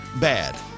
bad